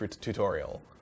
tutorial